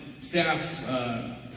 staff